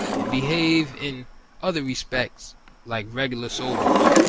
and behave in other res pects like regular soldiers.